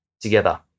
together